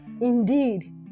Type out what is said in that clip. indeed